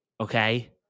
Okay